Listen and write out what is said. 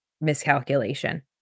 miscalculation